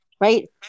right